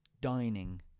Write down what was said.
dining